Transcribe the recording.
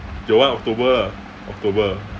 your one october lah october